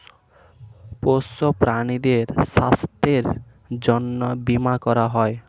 পোষ্য প্রাণীদের স্বাস্থ্যের জন্যে বীমা করা হয়